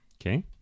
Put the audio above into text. Okay